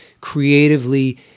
creatively